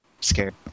Scared